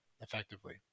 effectively